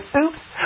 Oops